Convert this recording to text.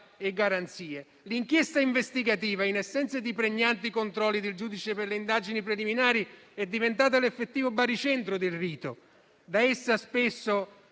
e garanzie. L'inchiesta investigativa, in assenza di pregnanti controlli del giudice per le indagini preliminari, è diventata l'effettivo baricentro del rito. Da essa spesso